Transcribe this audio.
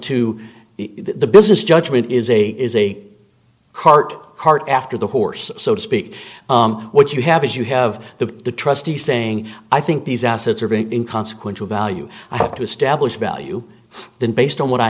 the the business judgment is a is a cart heart after the horse so to speak what you have is you have the trustee saying i think these assets are going in consequential value i have to establish value then based on what i